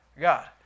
God